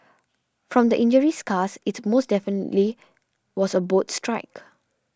from the injury scars it most definitely was a boat strike